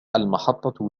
المحطة